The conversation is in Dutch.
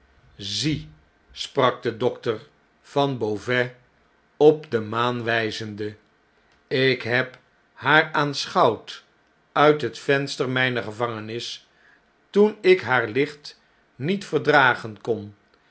zie sprak de dokter van b e a u v a i s op de maan wjjzende ik heb haar aanschouwd uit het venster mper gevangenis toen ik haar licht niet verdragen kon